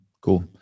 Cool